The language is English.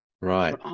Right